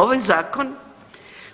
Ovaj Zakon,